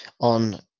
on